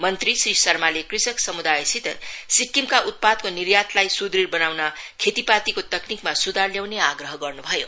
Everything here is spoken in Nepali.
मंत्री श्री शर्माले कृषक समुदायसित सिक्किमका उत्पादको निर्मानलाई सुदृढ़ बनाउन खेतीपातीको तकनिकमा सुधार ल्याउने आग्रह गर्नु भयो